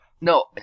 No